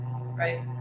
right